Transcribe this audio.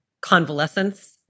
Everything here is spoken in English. convalescence